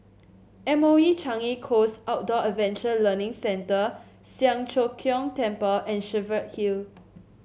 M O E Changi Coast Outdoor Adventure Learning Centre Siang Cho Keong Temple and Cheviot Hill